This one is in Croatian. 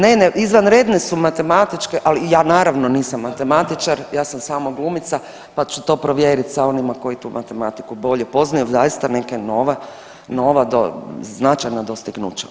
Ne, ne izvanredne su matematičke, ali ja naravno nisam matematičar ja sam samo glumica pa ću to provjeriti sa onima koji tu matematiku bolje poznaju, zaista neka nova značajna dostignuća.